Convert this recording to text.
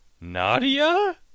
Nadia